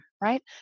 right